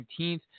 19th